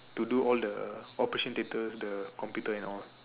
to do all the operation data the computers and all